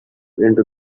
into